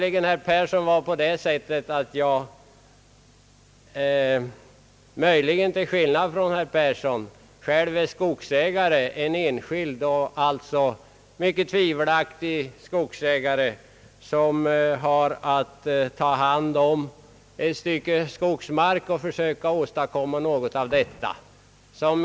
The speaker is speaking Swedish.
Till skillnad från herr Persson är jag själv enskild skogsägare och som sådan möjligen att anse såsom mycket tvivelaktig. Jag har att ta hand om ett stycke skogsmark och försöka åstadkomma något av det.